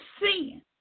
sin